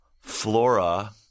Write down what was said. flora-